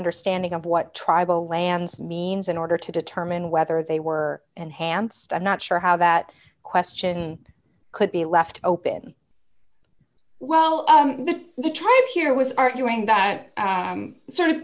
understanding of what tribal lands means in order to determine whether they were and hants i'm not sure how that question could be left open well the tribe here was arguing that sort of